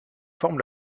forme